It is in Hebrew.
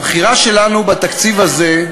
הבחירה שלנו בתקציב הזה,